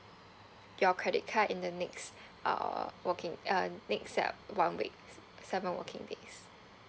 your credit card in the next uh working uh next uh one week s~ seven working days